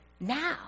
now